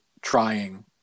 trying